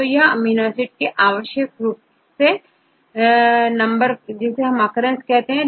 तो यह amino acid के आवश्यक रूप से नंबर है जिन्हें अकरेन्स कहते हैं